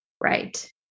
Right